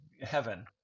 heaven